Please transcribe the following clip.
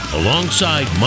alongside